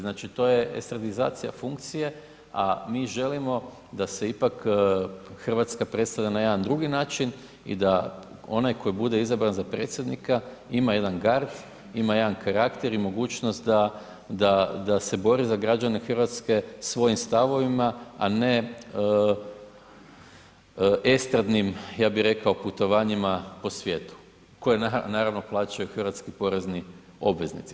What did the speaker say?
Znači to je estradizacija funkcije a mi želimo da se ipak Hrvatska predstavlja na jedan drugi način i da onaj koji bude izabran za predsjednika ima jedan gard, ima jedan karakter i mogućnost da se bori za građane Hrvatske svojim stavovima a ne estradnim, ja bih rekao putovanjima po svijetu koje naravno plaćaju hrvatski porezni obveznici.